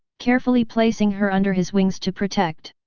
carefully placing her under his wings to protect.